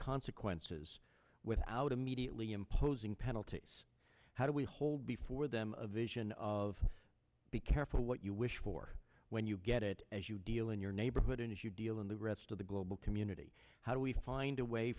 consequences without immediately imposing penalties how do we hold before them a vision of be careful what you wish for when you get it as you deal in your neighborhood and if you deal in the rest of the global community how do we find a way